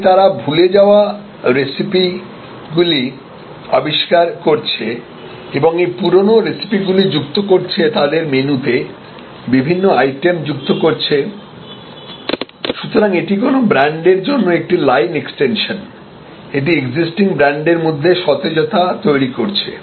তবে তারা ভুলে যাওয়া রেসিপিrecipeগুলি আবিষ্কার করছে এবং এই পুরনো রেসিপিগুলো যুক্ত করছে তাদের মেনুতে বিভিন্ন আইটেম যুক্ত করছে সুতরাং এটি কোনও ব্র্যান্ডের জন্য একটি লাইন এক্সটেনশন এটি এক্সিস্টিং ব্র্যান্ডের মধ্যে সতেজতা তৈরি করছে